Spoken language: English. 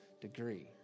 degree